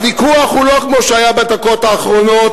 הוויכוח הוא לא כמו שהיה בדקות האחרונות,